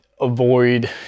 avoid